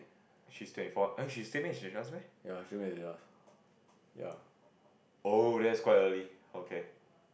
ya came back with us ya